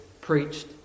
preached